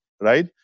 right